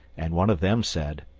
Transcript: and one of them said,